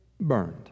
burned